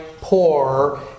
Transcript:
poor